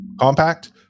compact